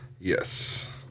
Yes